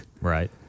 right